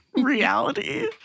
reality